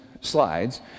slides